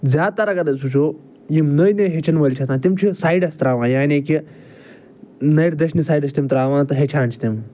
زیادٕ تر اگر أسۍ وٕچھو یِم نٔے نٔے ہیٚچھُن وٲلۍ چھِ آسن تِم چھِ سایڈَس ترٛاوان یعنی کہِ نٔرۍ دٔچھنہِ سایڈٕ چھِ تِم ترٛاوان تہٕ ہیٚچھان چھِ تِم